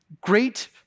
great